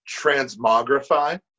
transmogrify